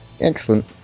Excellent